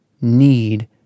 need